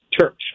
church